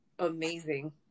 amazing